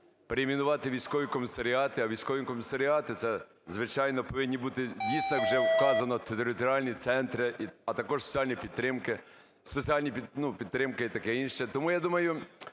перейменувати військові комісаріати, а військові комісаріати – це, звичайно, повинні бути, дійсно, вже вказано територіальні центри, а також соціальної підтримки, спеціальної, ну, підтримки і таке інше. Тому я думаю,